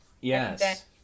Yes